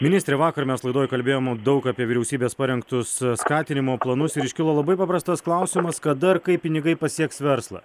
ministre vakar mes laidoj kalbėjom daug apie vyriausybės parengtus skatinimo planus ir iškilo labai paprastas klausimas kada ir kaip pinigai pasieks verslą